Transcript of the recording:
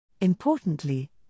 Importantly